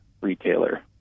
retailer